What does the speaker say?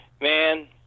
man